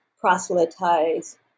proselytize